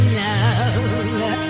love